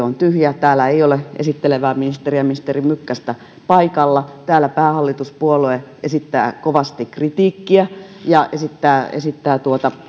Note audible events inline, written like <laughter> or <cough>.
<unintelligible> on tyhjä täällä ei ole esittelevää ministeriä ministeri mykkästä paikalla täällä päähallituspuolue esittää kovasti kritiikkiä ja esittää esittää